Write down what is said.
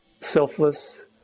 selfless